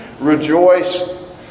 Rejoice